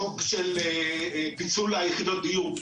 החוק של פיצול יחידות הדיור,